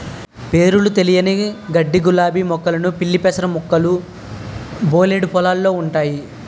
పేరులు తెలియని గడ్డిగులాబీ మొక్కలు పిల్లిపెసర మొక్కలు బోలెడు పొలాల్లో ఉంటయి